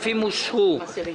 הצבעה